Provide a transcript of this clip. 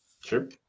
Sure